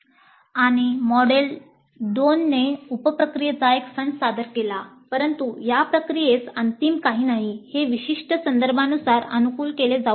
आणि मॉड्यूल 2 ने उप प्रक्रियेचा एक संच सादर केला परंतु या प्रक्रियेस अंतिम काही नाही हे विशिष्ट संदर्भानुसार अनुकूल केले जाऊ शकते